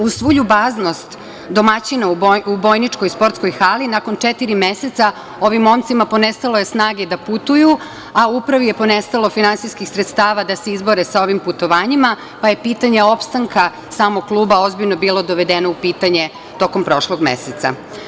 Uz svu ljubaznost domaćina u Bojničkoj sportskoj hali nakon četiri meseca ovi momcima ponestalo je snage da putuju, a upravi je ponestalo finansijskih sredstava da se izbore sa ovim putovanjima, pa je pitanje opstanka samog kluba ozbiljno bilo dovedeno u pitanje tokom prošlog meseca.